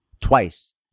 Twice